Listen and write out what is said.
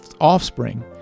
offspring